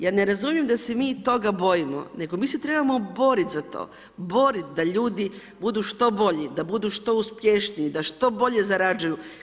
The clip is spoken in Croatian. Ja ne razumijem da se mi toga bojimo nego mi se trebamo boriti za to, boriti da ljudi budu što bolji, da budu što uspješniji, da što bolje zarađuju.